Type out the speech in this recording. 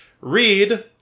Read